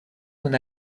kun